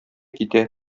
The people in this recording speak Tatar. китә